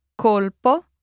colpo